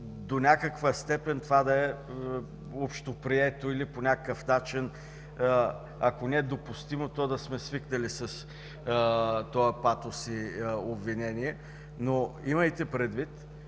до някаква степен това да е общоприето или по някакъв начин ако не допустимо, то да сме свикнали с този патос и обвинения, но имайте предвид,